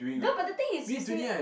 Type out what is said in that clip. don't but the thing is you say